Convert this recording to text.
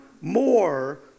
more